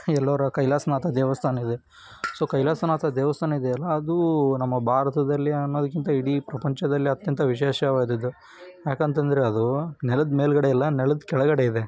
ಎಲ್ಲೋರ ಕೈಲಾಸನಾಥ ದೇವಸ್ಥಾನ ಇದೆ ಸೊ ಕೈಲಾಸನಾಥ ದೇವಸ್ಥಾನ ಇದೆ ಅಲ್ಲ ಅದು ನಮ್ಮ ಭಾರತದಲ್ಲಿ ಅನ್ನೋದಕ್ಕಿಂತ ಇಡೀ ಪ್ರಪಂಚದಲ್ಲಿ ಅತ್ಯಂತ ವಿಶೇಷವಾದದ್ದು ಯಾಕಂತ ಅಂದ್ರೆ ಅದು ನೆಲದ ಮೇಲುಗಡೆ ಇಲ್ಲ ನೆಲದ ಕೆಳಗಡೆ ಇದೆ